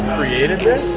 created this,